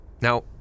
Now